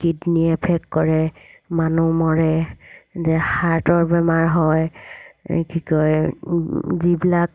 kidney effect কৰে মানুহ মৰে যে হাৰ্টৰ বেমাৰ হয় এই কি কয় যিবিলাক